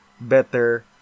better